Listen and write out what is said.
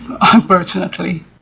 unfortunately